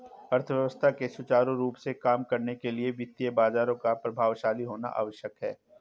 अर्थव्यवस्था के सुचारू रूप से काम करने के लिए वित्तीय बाजारों का प्रभावशाली होना आवश्यक है